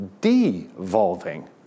devolving